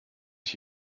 ich